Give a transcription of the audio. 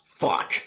Fuck